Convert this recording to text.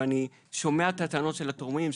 אני שומע את הטענות של התורמים,